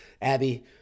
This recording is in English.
Abby